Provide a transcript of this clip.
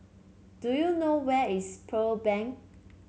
do you know where is Pearl Bank